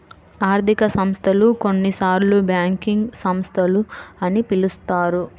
ఆర్థిక సంస్థలు, కొన్నిసార్లుబ్యాంకింగ్ సంస్థలు అని పిలుస్తారు